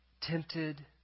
Tempted